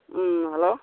ꯎꯝ hello